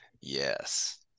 yes